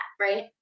right